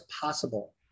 possible